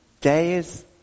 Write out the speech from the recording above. days